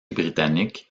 britannique